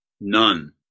none